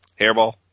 Hairball